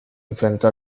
enfrentó